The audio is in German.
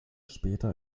später